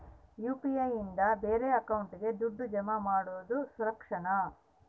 UPI ನಿಂದ ಬೇರೆ ಅಕೌಂಟಿಗೆ ದುಡ್ಡು ಜಮಾ ಮಾಡೋದು ಸುರಕ್ಷಾನಾ?